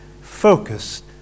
focused